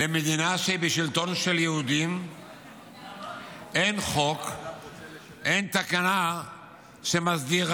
במדינה בשלטון של יהודים אין חוק ואין תקנה שמסדירה